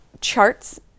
charts